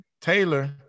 Taylor